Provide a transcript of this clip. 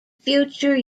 future